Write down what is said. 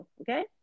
Okay